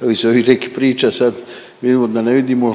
Iz ovih nekih priča sad vidimo da ne vidimo